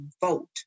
vote